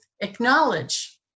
acknowledge